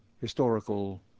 historical